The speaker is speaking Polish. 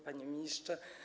Panie Ministrze!